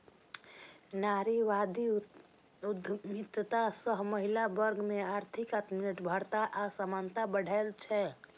नारीवादी उद्यमिता सं महिला वर्ग मे आर्थिक आत्मनिर्भरता आ समानता बढ़ै छै